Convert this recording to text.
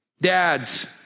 dads